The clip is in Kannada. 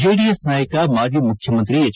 ಜೆಡಿಎಸ್ನ ನಾಯಕ ಮಾಜಿ ಮುಖ್ಯಮಂತ್ರಿ ಎಚ್